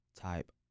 type